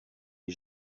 les